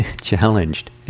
challenged